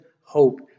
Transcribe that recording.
hope